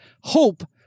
hope—